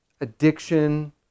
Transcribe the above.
addiction